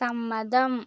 സമ്മതം